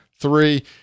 three